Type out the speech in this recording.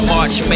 March